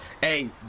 Hey